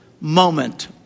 moment